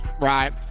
right